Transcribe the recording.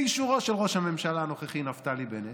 באישורו של ראש הממשלה הנוכחי נפתלי בנט.